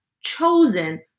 chosen